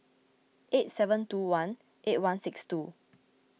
eight seven two one eight one six two